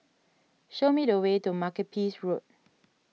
show me the way to Makepeace Road